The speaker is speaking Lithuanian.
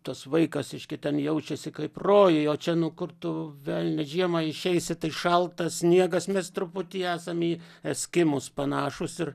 tas vaikas reiškia ten jaučiasi kaip rojuj o čia nu kur tu velnias žiemą išeisi tai šaltas sniegas mes truputį esam į eskimus panašūs ir